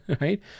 Right